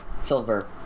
silver